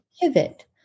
pivot